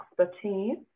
expertise